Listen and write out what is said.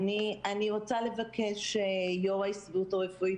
אני רוצה לבקש שיו"ר ההסתדרות הרפואית,